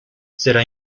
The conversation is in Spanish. será